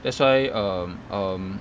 that's why um um